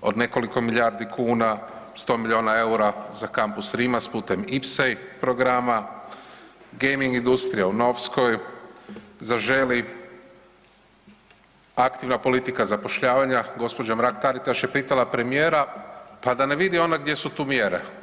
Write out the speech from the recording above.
od nekoliko milijardi kuna, 100 milijuna EUR-a za Kampus Rimac putem IPS programa, Gaming industrija u Novskoj, „Zaželi“ aktivna politika zapošljavanja, gđa. Mrak-Taritaš je pitala premijera, pa da ne vidi ona gdje su tu mjere.